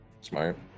Smart